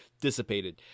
dissipated